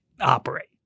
operate